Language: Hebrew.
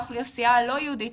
בקרב האוכלוסייה היהודית,